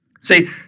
See